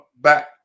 back